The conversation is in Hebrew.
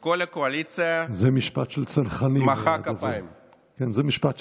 כל הקואליציה מחאה כפיים.